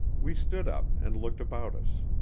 we stood up and looked about us.